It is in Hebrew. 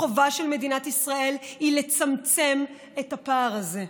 החובה של מדינת ישראל היא לצמצם את הפער הזה.